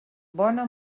bona